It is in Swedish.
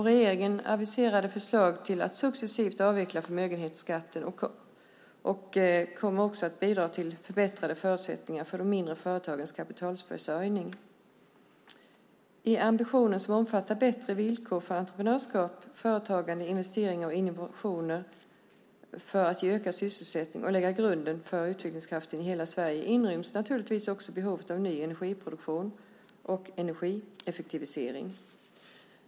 Regeringens aviserade förslag om att successivt avveckla förmögenhetsskatten kommer också att bidra till förbättrade förutsättningar för de mindre företagens kapitalförsörjning. I ambitionen om bättre villkor för entreprenörskap, företagande, investeringar och innovationer för att ge ökad sysselsättning och lägga grunden för utvecklingskraft i hela Sverige inryms naturligtvis också behovet av ny energiproduktion och energieffektivisering.